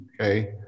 okay